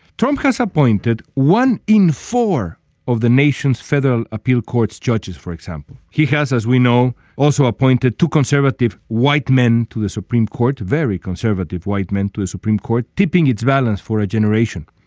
trump has appointed one in four of the nation's federal appeals courts judges for example. he has as we know also appointed two conservative white men to the supreme court very conservative white men to a supreme court tipping its balance for a generation.